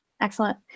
Excellent